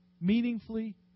meaningfully